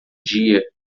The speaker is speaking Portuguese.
dia